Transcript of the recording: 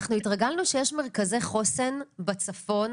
אנחנו התרגלנו שיש מרכזי חוסר בצפון,